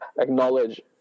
acknowledge